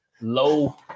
Low